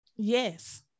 Yes